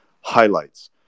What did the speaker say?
highlights